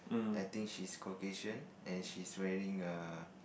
I think she is Caucasian and she is wearing a